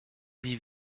wie